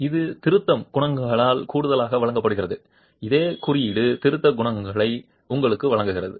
இது திருத்தம் குணகங்களால் கூடுதலாக வழங்கப்படுகிறது இதே குறியீடு திருத்தம் குணகங்களையும் உங்களுக்கு வழங்குகிறது